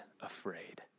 afraid